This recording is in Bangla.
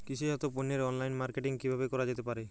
কৃষিজাত পণ্যের অনলাইন মার্কেটিং কিভাবে করা যেতে পারে?